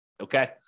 okay